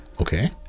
Okay